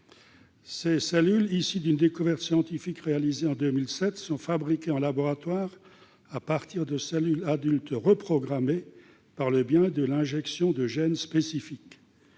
Issues d'une découverte scientifique réalisée en 2007, ces cellules sont fabriquées en laboratoire à partir de cellules adultes reprogrammées par le biais de l'injection de gènes spécifiques.